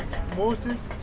moses?